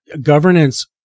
governance